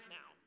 now